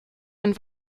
einen